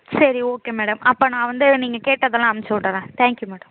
சரி okay madam அப்போ நான் வந்து நீங்கள் கேட்டதெல்லாம் அனுப்பிச்சுட்றேன் தேங்க் யூ மேடம்